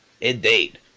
Indeed